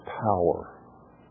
power